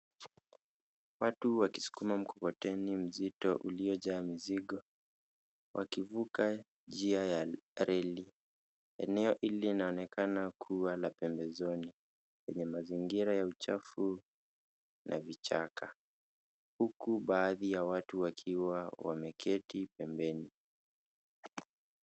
Watu wakisukuma mkokoteni mzito uliojaa mizigo wakivuka njia ya reli. Eneo hili linaonekana kuwa la pembezoni kwenye mazingira ya uchafu na vichaka huku baadhi ya watu wakiwa wameketi pembeni.